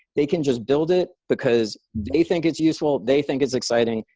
they can just build it because they think it's useful, they think it's exciting.